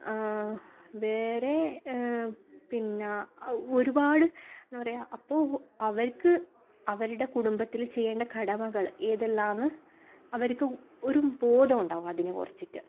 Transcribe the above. വേറെ പിന്നെ ഒരുപാട് എന്താണ് പറയുക അപ്പോൾ അവർക്ക് അവരുടെ കുടുംബത്തിൽ ചെയ്യേണ്ട കടമകൾ ഏതെല്ലാമാണെന്ന് അവർക്ക് ഒരു ബോധം ഒണ്ടാവും അതിനെ കുറിച്ചിട്ട്